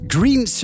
Green